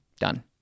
done